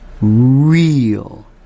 Real